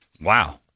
Wow